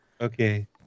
Okay